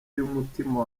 y’umutima